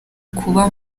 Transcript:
kuba